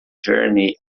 journey